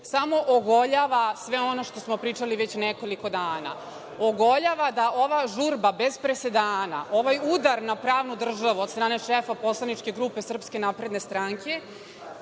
samo ogoljava sve ono što smo pričali već nekoliko dana. Ogoljava da ova žurba bez presedana, ovaj udar na pravnu državu od strane šefa poslaničke grupe SNS, udar na